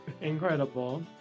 Incredible